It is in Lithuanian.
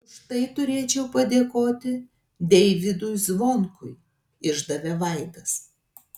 už tai turėčiau padėkoti deivydui zvonkui išdavė vaidas